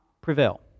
prevail